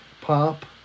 pop